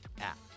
app